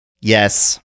yes